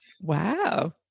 Wow